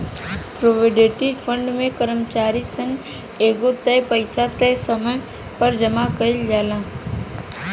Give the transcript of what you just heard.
provident fund में कर्मचारी सन से एगो तय पइसा तय समय पर जामा कईल जाला